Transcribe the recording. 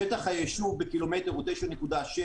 שטח היישוב בקילומטר הוא 9.6,